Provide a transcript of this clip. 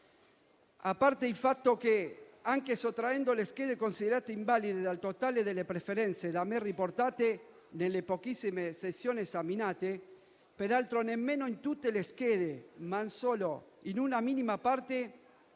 A parte il fatto che, anche sottraendo le schede considerate invalide dal totale delle preferenze da me riportate nelle pochissime sezioni esaminate, peraltro nemmeno in tutte le schede, ma solo in una minima parte,